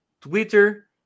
Twitter